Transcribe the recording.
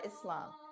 Islam